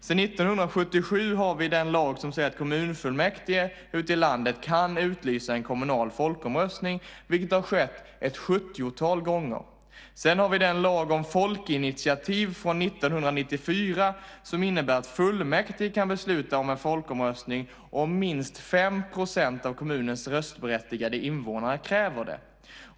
Sedan 1977 har vi den lag som säger att kommunfullmäktige ute i landet kan utlysa en kommunal folkomröstning, vilket har skett ett 70-tal gånger. Vi har också den lag om folkinitiativ från 1994 som innebär att fullmäktige kan besluta om en folkomröstning om minst 5 % av kommunens röstberättigade invånare kräver det.